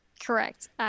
correct